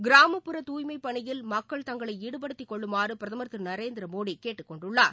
கிராமப்புற தூய்மைப் பணியில் மக்கள் தங்களைஈடுபடுத்திக் கொள்ளுமாறுபிரதமர் திரு நரேந்திரமோடிகேட்டுக் கொண்டுள்ளார்